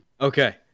Okay